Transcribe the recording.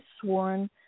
sworn